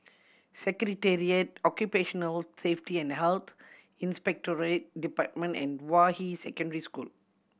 Secretariat Occupational Safety and Health Inspectorate Department and Hua Yi Secondary School